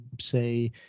say